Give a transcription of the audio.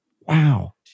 Wow